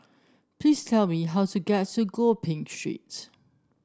please tell me how to get to Gopeng Street